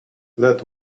let